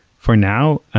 for now, ah